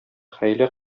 хәйлә